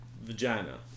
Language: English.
vagina